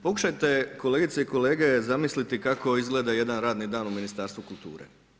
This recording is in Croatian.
Pokušajte kolegice i kolege zamisliti kako izgleda jedan radni dan u Ministarstvu kulture.